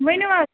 ؤنِو حظ